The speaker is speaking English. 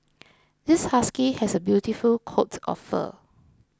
this husky has a beautiful coat of fur